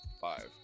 five